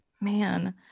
Man